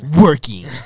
working